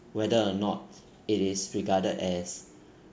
whether or not it is regarded as